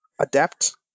adapt